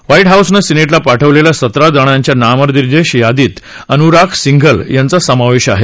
व्हाई हाऊसनं सिने ला पाठवलेल्या सतरा जणांच्या नामनिर्देश यादीत अन्राघ सिंघल यांचा समावेश आहे